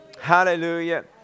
hallelujah